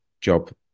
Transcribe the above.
job